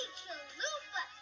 chalupa